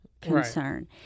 concern